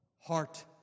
heart